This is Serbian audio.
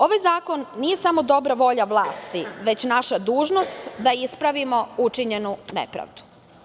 Ovaj zakon nije samo dobra volja vlasti, već naša dužnost da ispravimo učinjenu nepravdu.